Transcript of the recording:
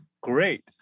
great